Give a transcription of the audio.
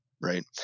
right